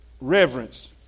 Reverence